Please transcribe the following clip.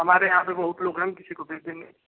हमारे यहाँ पर बहुत लोग हैं हम किसी को भेज देंगे